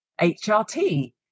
HRT